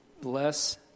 bless